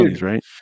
right